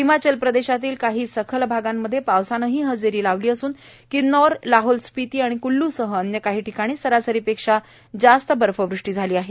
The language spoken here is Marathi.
हिमाचल प्रदेशातील काही सखल भागांमध्ये पावसानंही हजेरी लावली असून किन्नौर लाहोलस्पिती आणि क्ल्लूसह अन्य काही ठिकाणी सरासरीपेक्षा जास्त बर्फवृष्टी झाली आहे